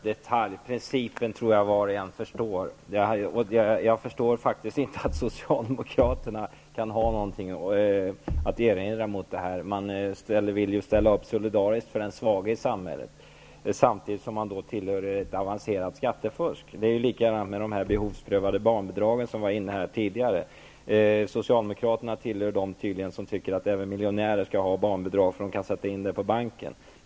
Herr talman! Jag tänker inte diskutera varenda detalj. Jag tror att var och en förstår principen. Jag förstår faktiskt inte att Socialdemokraterna kan ha något att erinra mot det här. Man vill ställa upp solidariskt för de svaga i samhället samtidigt som man tillåter ett avancerat skattefusk. Det är likadant med de behovsprövade barnbidragen som vi var inne på tidigare. Socialdemokraterna tillhör tydligen dem som tycker att även miljonärer skall ha barnbidrag för att de kan sätta in pengarna på banken.